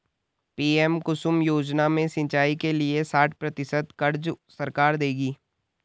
PM Kusum योजना में सिंचाई के लिए साठ प्रतिशत क़र्ज़ सरकार देगी